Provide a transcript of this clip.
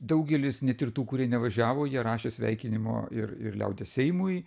daugelis net ir tų kurie nevažiavo jie rašė sveikinimo ir ir liaudies seimui